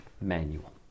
manual